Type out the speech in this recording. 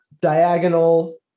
diagonal